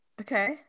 Okay